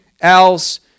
else